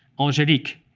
angelique.